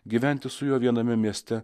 gyventi su juo viename mieste